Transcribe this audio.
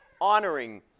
honoring